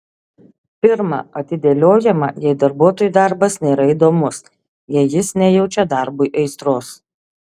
pirma atidėliojama jei darbuotojui darbas nėra įdomus jei jis nejaučia darbui aistros